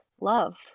love